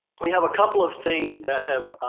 we have a couple of things that have